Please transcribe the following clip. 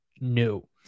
No